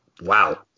Wow